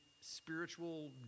spiritual